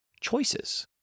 choices